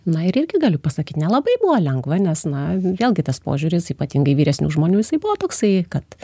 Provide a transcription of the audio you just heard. na ir irgi galiu pasakyt nelabai buvo lengva nes na vėlgi tas požiūris ypatingai vyresnių žmonių jisai buvo toksai kad